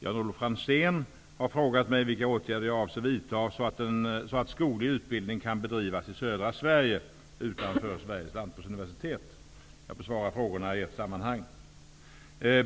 Jan-Olof Franzén har frågat mig vilka åtgärder jag avser vidta så att skoglig utbildning kan bedrivas i södra Sverige utanför Sveriges lantbruksuniversitet. Jag besvarar frågorna i ett sammanhang.